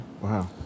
wow